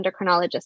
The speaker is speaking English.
endocrinologist